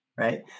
Right